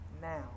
now